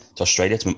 Australia